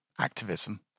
activism